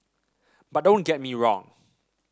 but don't get me wrong